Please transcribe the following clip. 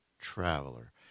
Traveler